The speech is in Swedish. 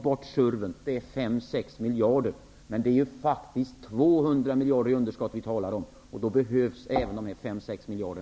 Det skulle ge mellan 5 och 6 miljarder. Vi talar om 200 miljarder i underskott. Då behövs även dessa 5 eller 6 miljarder.